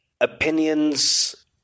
Opinions